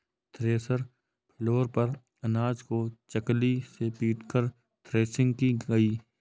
thresher floor पर अनाज को चकली से पीटकर थ्रेसिंग की गई